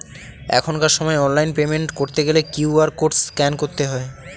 এখনকার সময় online payment করতে গেলে কিউ.আর কোড স্ক্যান করতে হয়